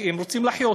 כי הם רוצים לחיות.